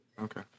Okay